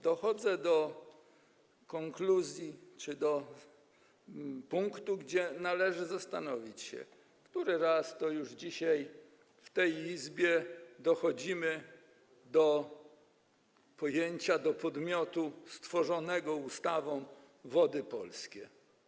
Dochodzę do konkluzji, do punktu, gdzie należy zastanowić się, który to już raz dzisiaj w tej Izbie dochodzimy do pojęcia, do podmiotu stworzonego ustawą - Wody Polskie.